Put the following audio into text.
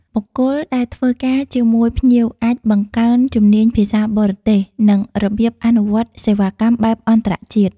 បុគ្គលដែលធ្វើការជាមួយភ្ញៀវអាចបង្កើនជំនាញភាសាបរទេស និងរបៀបអនុវត្តសេវាកម្មបែបអន្តរជាតិ។